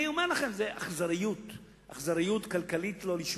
אני אומר לכם, זאת אכזריות כלכלית, לא לשמה.